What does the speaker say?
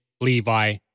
Levi